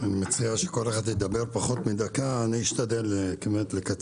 אני מציע שכל אחד ידבר פחות מדקה, אני אשתדל לקצר.